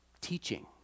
teaching